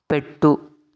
పెట్టు